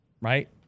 Right